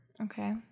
Okay